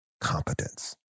competence